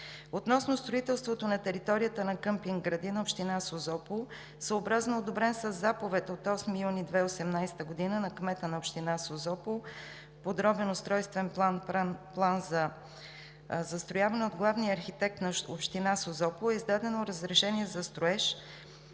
Относно строителството на територията на къмпинг „Градина“ – община Созопол, съобразно одобрен със Заповед от 8 юни 2018 г. на кмета на община Созопол Подробен устройствен план за застрояване, от главния архитект на община Созопол е издадено разрешение за строеж